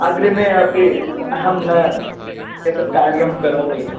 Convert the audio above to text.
अग्रिमे अपि अहं न एतत् कार्यं करोमि